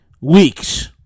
weeks